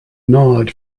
gnawed